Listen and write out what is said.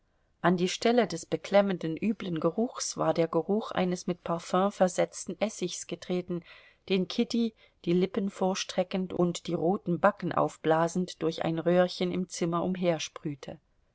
an die stelle des beklemmenden üblen geruches war der geruch eines mit parfüm versetzten essigs getreten den kitty die lippen vorstreckend und die roten backen aufblasend durch ein röhrchen im zimmer